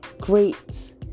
great